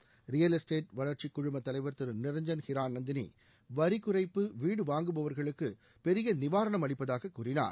தேசிய real estate வளர்ச்சி குழும தலைவர் திரு நிரஞ்சன் ஹீராநந்தினி வரிகுறைப்பு வீடு வாங்குபவா்களுக்கு பெரிய நிவாரணம் அளிப்பதாக கூறியுள்ளார்